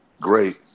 Great